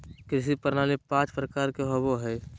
कृषि प्रणाली पाँच प्रकार के होबो हइ